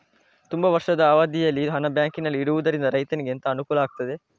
ತುಂಬಾ ವರ್ಷದ ಅವಧಿಯಲ್ಲಿ ಹಣ ಬ್ಯಾಂಕಿನಲ್ಲಿ ಇಡುವುದರಿಂದ ರೈತನಿಗೆ ಎಂತ ಅನುಕೂಲ ಆಗ್ತದೆ?